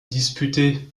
disputées